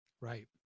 Right